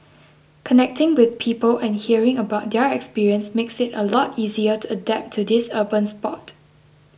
connecting with people and hearing about their experience makes it a lot easier to adapt to this urban sport